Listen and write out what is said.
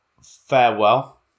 farewell